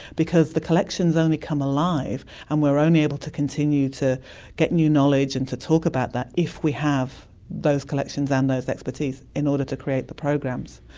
because the collections only come alive and we are only able to continue to get new knowledge and to talk about that if we have those collections and that expertise in order to create the programs.